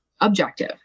objective